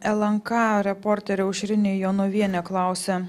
lnk reporterė aušrinė jonovienė klausia